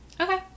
Okay